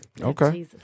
Okay